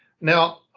Now